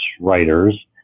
writers